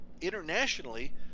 internationally